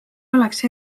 oleks